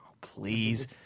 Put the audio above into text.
Please